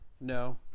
No